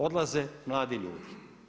Odlaze mladi ljudi.